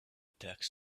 tax